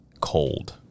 cold